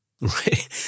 Right